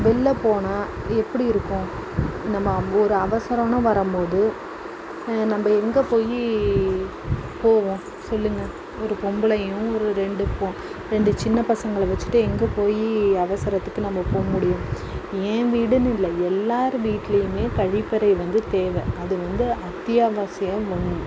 வெளிள போனால் எப்படி இருக்கும் நம்ம ஒரு அவசரம்ன்னு வரும்போது இதை நம்ப எங்கே போய் போவோம் சொல்லுங்கள் ஒரு பொம்பளையும் ஒரு ரெண்டு ரெண்டு சின்ன பசங்களை வச்சுட்டு எங்க போய் அவசரத்துக்கு நம்ப போகமுடியும் என் வீடுன்னு இல்லை எல்லார் வீட்லையுமே கழிப்பறை வந்து தேவை அது வந்து அத்தியாவசிய ஒன்று